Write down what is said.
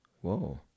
Whoa